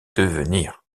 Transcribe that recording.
devenir